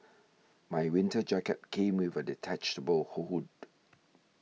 my winter jacket came with a detachable hood